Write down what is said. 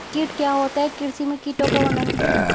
कीट क्या होता है कृषि में कीटों का वर्णन कीजिए?